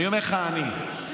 אני אומר לך, אני.